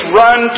run